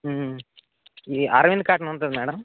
ఈ అరవింద్ కాటన్ ఉంటుంది మ్యాడం